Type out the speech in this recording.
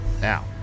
Now